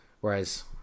whereas